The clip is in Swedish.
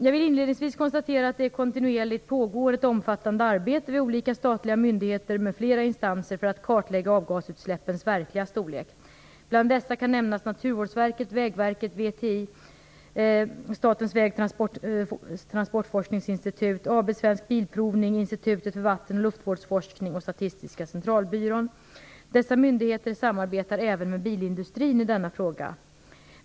Jag vill inledningsvis konstatera att det kontinuerligt pågår ett omfattande arbete vid olika statliga myndigheter med flera instanser för att kartlägga avgasutsläppens verkliga storlek. Bland dessa kan nämnas Naturvårdsverket, Vägverket, VTI, dvs. Statens väg och transportforskningsinstitut, AB Svensk Bilprovning, Institutet för vatten och luftvårdsforskning och Statistiska centralbyrån. Dessa myndigheter samarbetar även med bilindustrin i denna fråga.